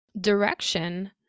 direction